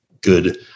good